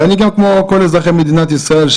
כמו כל אזרחי מדינת ישראל,